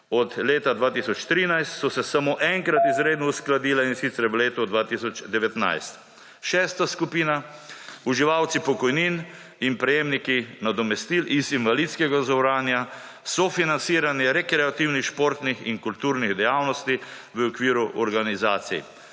Od leta 2013 so se samo enkrat izredno uskladile, in sicer / znak za konec razprave/ v letu 2019. Šesta skupina, uživalci pokojnin in prejemniki nadomestil iz invalidskega zavarovanja, sofinanciranje rekreativnih, športnih in kulturnih dejavnosti v okviru organizacij.